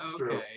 Okay